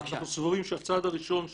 אנחנו סבורים שהצעד הראשון,